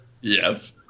Yes